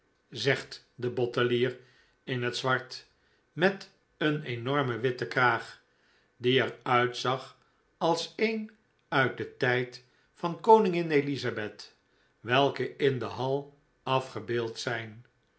zegt de bottelier in het zwart met een enormen witten kraag die er uitzag als een uit den tijd van koningin elizabeth welke in de hal afgebeeld zijn